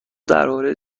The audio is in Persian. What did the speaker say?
درباره